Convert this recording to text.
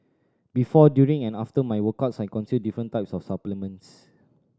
before during and after my workouts I consume different types of supplements